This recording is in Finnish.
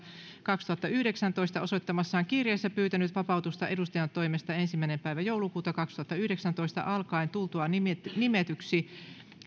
kaksituhattayhdeksäntoista osoittamassaan kirjeessä pyytänyt vapautusta edustajantoimesta ensimmäinen kahdettatoista kaksituhattayhdeksäntoista alkaen tultuaan nimitetyksi